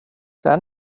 där